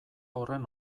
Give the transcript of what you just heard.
horren